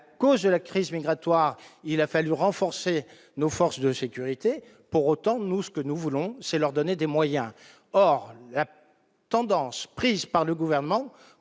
cause de la crise migratoire, il a fallu renforcer nos forces de sécurité, pour autant, nous ce que nous voulons, c'est leur donner des moyens or tendance prise par le gouvernement